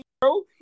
bro